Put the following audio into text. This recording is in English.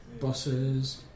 buses